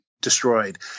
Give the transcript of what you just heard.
destroyed